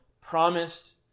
promised